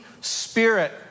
spirit